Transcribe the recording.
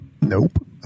Nope